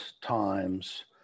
times